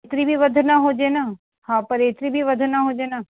एतरि बि वधि ना हुजे न पर एतिरी बि वधि न हुजे न